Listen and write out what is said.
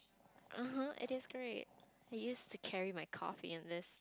(uh huh) it is great he used to carry my coffee and this